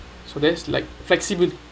so that's like flexible